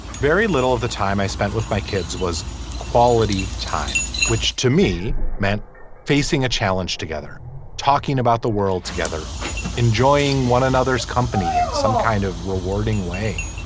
very little of the time i spent with my kids was quality time which to me meant facing a challenge together talking about the world together enjoying one another's company in some kind of rewarding way